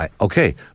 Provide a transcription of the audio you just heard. Okay